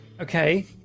Okay